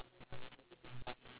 I think okay